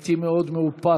הייתי מאוד מאופק.